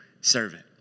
servant